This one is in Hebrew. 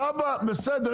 בסדר,